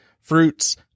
fruits